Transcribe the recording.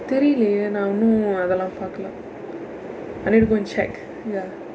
தெரியில்லையே நான் இன்னும் அதெல்லாம் பார்க்கலை:theriyillaiyee naan innum athellaam paarkkalai I need to go and check ya